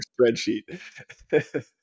spreadsheet